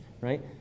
right